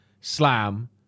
slam